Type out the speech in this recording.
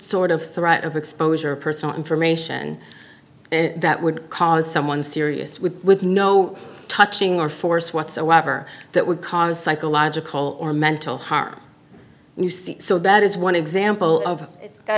sort of threat of exposure personal information and that would cause someone serious with with no touching or force whatsoever that would cause psychological or mental harm and you see so that is one example